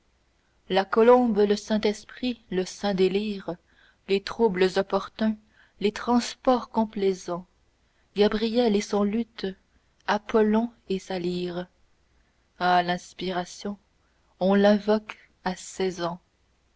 la colombe le saint-esprit le saint délire les troubles opportuns les transports complaisants gabriel et son luth apollon et sa lyre ah l'inspiration on l'invoque à seize ans